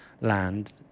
land